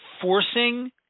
forcing